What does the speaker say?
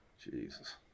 Jesus